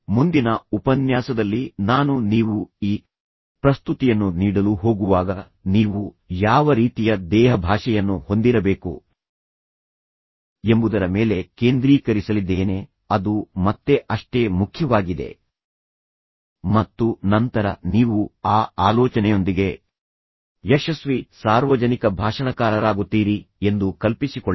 ಮುಂದಿನ ಉಪನ್ಯಾಸದಲ್ಲಿ ನಾನು ನೀವು ಈ ಪ್ರಸ್ತುತಿಯನ್ನು ನೀಡಲು ಹೋಗುವಾಗ ನೀವು ಯಾವ ರೀತಿಯ ದೇಹಭಾಷೆಯನ್ನು ಹೊಂದಿರಬೇಕು ಎಂಬುದರ ಮೇಲೆ ಕೇಂದ್ರೀಕರಿಸಲಿದ್ದೇನೆ ಅದು ಮತ್ತೆ ಅಷ್ಟೇ ಮುಖ್ಯವಾಗಿದೆ ಮತ್ತು ನಂತರ ನೀವು ಆ ಆಲೋಚನೆಯೊಂದಿಗೆ ಯಶಸ್ವಿ ಸಾರ್ವಜನಿಕ ಭಾಷಣಕಾರರಾಗುತ್ತೀರಿ ಎಂದು ಕಲ್ಪಿಸಿಕೊಳ್ಳಿ